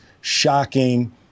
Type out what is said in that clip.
shocking